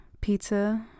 pizza